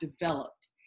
developed